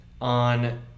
on